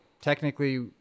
Technically